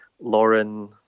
Lauren